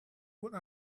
would